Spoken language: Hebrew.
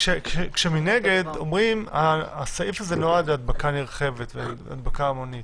כשמנגד אומרים: הסעיף הזה נועד להדבקה נרחבת והדבקה המונית.